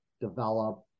develop